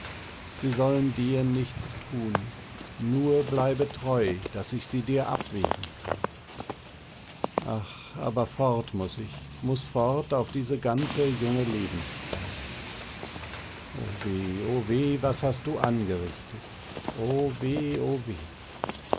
sie sollen dir nichts tun nur bleibe treu daß ich sie dir abwehren kann ach aber fort muß ich muß fort auf diese ganze junge lebenszeit o weh o weh was hast du angerichtet o weh o weh